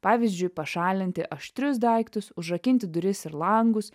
pavyzdžiui pašalinti aštrius daiktus užrakinti duris ir langus